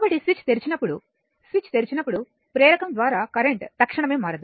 కాబట్టి స్విచ్ తెరిచినప్పుడు స్విచ్ తెరిచినప్పుడు ప్రేరకం ద్వారా కరెంట్ తక్షణమే మారదు